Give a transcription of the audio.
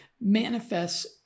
manifests